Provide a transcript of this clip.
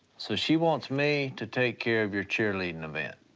so she wants me to take care of your cheerleading event.